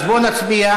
מה אדוני מציע?